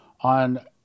on